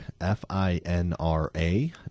f-i-n-r-a